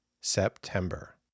September